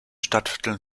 stadtvierteln